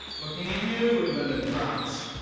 looking at you england and france,